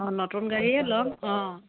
অঁ নতুন গাড়ীয়ে ল'ম অঁ